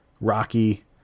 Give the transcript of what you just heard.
Rocky